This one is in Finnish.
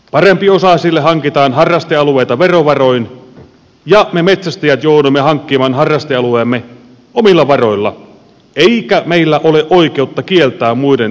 parempiosaisille hankitaan harrastealueita verovaroin ja me metsästäjät joudumme hankkimaan harrastealueemme omilla varoilla eikä meillä ole oikeutta kieltää muiden liikkumista niillä alueilla